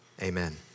Amen